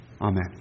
Amen